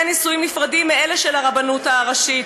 נישואים נפרדים מאלה של הרבנות הראשית,